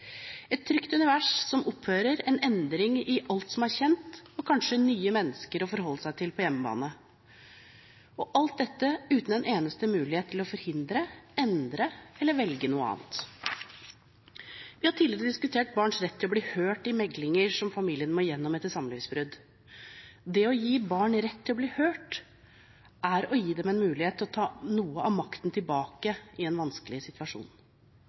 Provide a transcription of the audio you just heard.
et trygt univers som opphører, en endring i alt som er kjent, og kanskje nye mennesker å forholde seg til på hjemmebane – og alt dette uten en eneste mulighet til å forhindre, endre eller velge noe annet. Vi har tidligere diskutert barns rett til å bli hørt i meglinger som familien må gjennom etter samlivsbrudd. Det å gi barn rett til å bli hørt er å gi dem en mulighet til å ta noe av makten tilbake i en vanskelig situasjon.